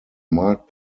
marked